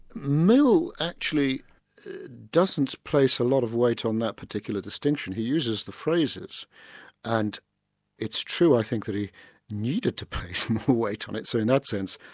mill actually doesn't place a lot of weight on that particular distinction. he uses the phrases and it's true i think that he needed to place some and weight on it, so in that sense,